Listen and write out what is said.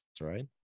right